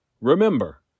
Remember